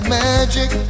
magic